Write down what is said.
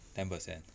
ten percent